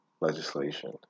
legislation